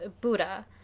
Buddha